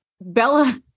Bella